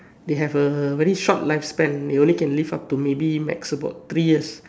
they have a very short lifespan they only can live up to maybe max about three years